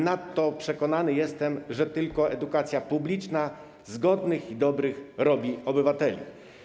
Nadto przekonany jestem, że tylko edukacja publiczna zgodnych i dobrych robi obywateli”